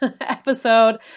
episode